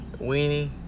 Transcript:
weenie